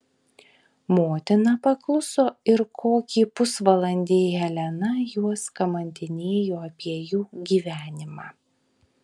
motina pakluso ir kokį pusvalandį helena juos kamantinėjo apie jų gyvenimą